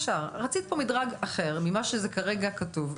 רצית פה מדרג אחר ממה שזה כרגע כתוב,